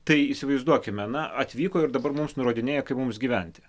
tai įsivaizduokime na atvyko ir dabar mums nurodinėja kaip mums gyventi